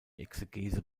exegese